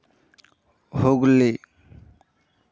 Hooghly